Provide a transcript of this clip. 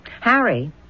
Harry